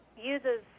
uses